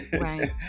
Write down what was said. Right